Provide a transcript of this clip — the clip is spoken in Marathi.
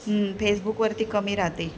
फेसबुकवरती कमी राहते